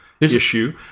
issue